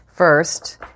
first